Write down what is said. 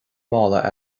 mála